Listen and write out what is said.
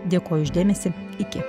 dėkoja už dėmesį iki